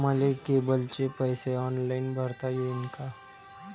मले केबलचे पैसे ऑनलाईन भरता येईन का?